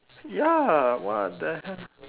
ya what the hell